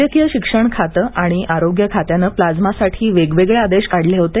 वैद्यकीय शिक्षण खाते आणि आरोग्य खात्याने प्लाझ्मासाठी वेगवेगळे आदेश काढले होते